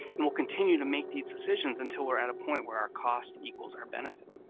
and we'll continue to make these decisions until we're at a point where our cost equals our benefit.